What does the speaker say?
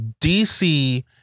DC